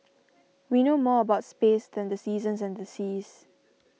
we know more about space than the seasons and the seas